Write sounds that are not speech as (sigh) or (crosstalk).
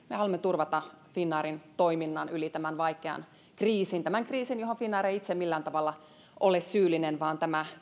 (unintelligible) me haluamme turvata finnairin toiminnan yli tämän vaikean kriisin kriisin johon finnair ei itse millään tavalla ole syyllinen vaan tämä